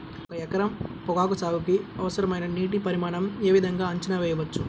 ఒక ఎకరం పొగాకు సాగుకి అవసరమైన నీటి పరిమాణం యే విధంగా అంచనా వేయవచ్చు?